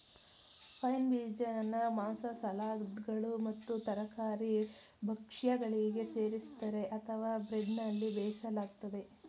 pine ಬೀಜನ ಮಾಂಸ ಸಲಾಡ್ಗಳು ಮತ್ತು ತರಕಾರಿ ಭಕ್ಷ್ಯಗಳಿಗೆ ಸೇರಿಸ್ತರೆ ಅಥವಾ ಬ್ರೆಡ್ನಲ್ಲಿ ಬೇಯಿಸಲಾಗ್ತದೆ